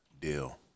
deal